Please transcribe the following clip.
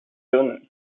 john